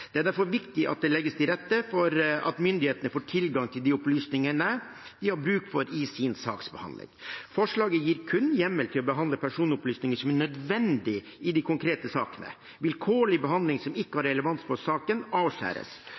Det er derfor viktig at det legges til rette for at myndighetene får tilgang til de opplysningene de har bruk for i sin saksbehandling. Forslaget gir kun hjemmel til å behandle personopplysninger som er nødvendig i de konkrete sakene. Vilkårlig behandling som ikke har relevans for saken, avskjæres.